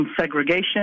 segregation